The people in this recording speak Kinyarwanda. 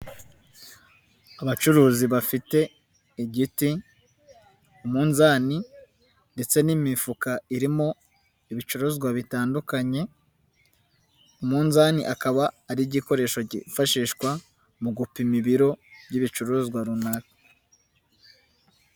Abacuruzi bafite igiti, umunzani ndetse n'imifuka irimo ibicuruzwa bitandukanye, umunzani akaba ari igikoresho cyifashishwa mu gupima ibiro by'ibicuruzwa runaka.